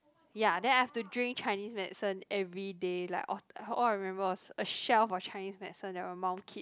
ya then I've to drink Chinese medicine every day like all I remember was a shelf of Chinese medicine that my mum keep